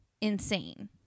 insane